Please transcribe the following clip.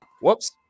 Whoops